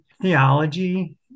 theology